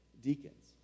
deacons